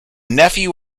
nephew